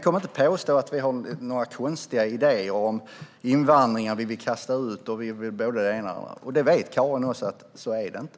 Kom inte och påstå att vi har några konstiga idéer om invandringen, att vi vill kasta ut och vill både det ena och det andra! Det vet Karin också att så är det inte.